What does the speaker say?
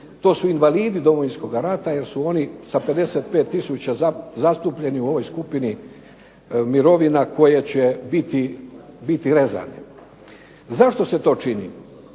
to su invalidi Domovinskoga rata jer su oni sa 50 tisuća zastupljeni u ovoj skupini mirovina koje će biti rezane. Zašto se to čini?